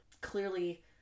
clearly